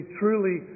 truly